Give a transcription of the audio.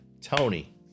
Tony